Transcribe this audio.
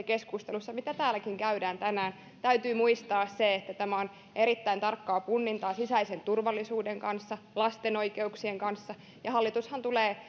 keskustelussa mitä täälläkin käydään tänään täytyy muistaa se että tämä on erittäin tarkkaa punnintaa sisäisen turvallisuuden kanssa lasten oikeuksien kanssa ja hallitushan tulee